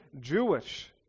Jewish